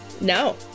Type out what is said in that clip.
No